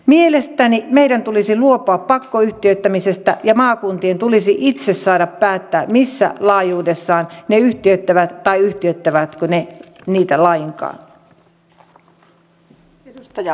mielestäni meidän tulisi luopua pakkoyhtiöittämisestä ja maakuntien tulisi itse saada päättää missä laajuudessa ne yhtiöittävät vai yhtiöittävätkö ne niitä lainkaan